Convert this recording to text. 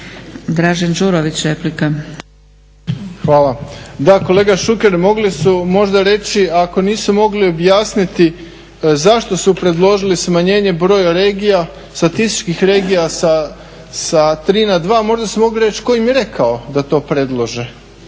Dražen (HDSSB)** Hvala. Da kolega Šuker, mogli su možda reći, ako nisu mogli objasniti zašto su predložili smanjenje broja regija, statističkih regija sa 3 na 2, možda su mogli reći ko im je rekao da to predlože.